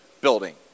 building